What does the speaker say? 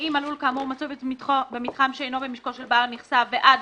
"ואם הלול כאמור מצוי במתחם שאינו במשקו של בעל מכסה" ובעד